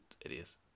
idiots